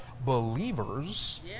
believers